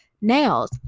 nails